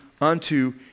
unto